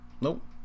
nope